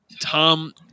Tom